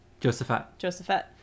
Josephette